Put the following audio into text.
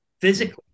physically